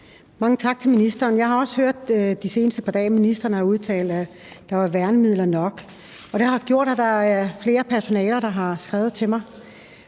Mange tak til ministeren. Jeg har også hørt de seneste par dage, at ministeren har udtalt, at der var værnemidler nok, og det har gjort, at der er flere personaler, der har skrevet til mig.